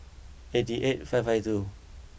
eighty eight five five two